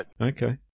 Okay